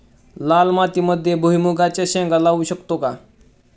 लाल मातीमध्ये भुईमुगाच्या शेंगा लावू शकतो का?